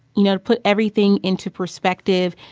you know, to put everything into perspective,